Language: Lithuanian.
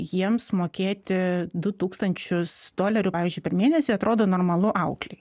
jiems mokėti du tūkstančius dolerių pavyzdžiui per mėnesį atrodo normalu auklei